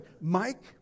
Mike